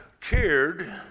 cared